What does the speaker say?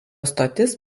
stotis